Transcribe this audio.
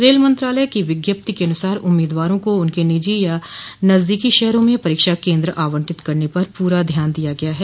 rail मंत्रालय की विज्ञप्ति के अनुसार उम्मीदवारों को उनके निजी या नजदीकी शहरों में परीक्षा केन्द्र आवंटित करने पर पूरा ध्यान दिया गया है